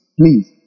please